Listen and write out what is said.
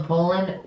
Poland